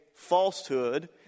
falsehood